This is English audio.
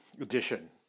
edition